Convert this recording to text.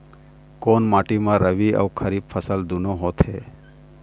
कोन माटी म रबी अऊ खरीफ फसल दूनों होत हे?